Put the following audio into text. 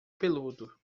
peludo